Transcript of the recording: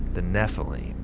the nephilim.